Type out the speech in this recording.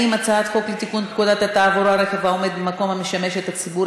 לתיקון פקודת התעבורה (רכב העומד במקום המשמש את הציבור),